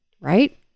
Right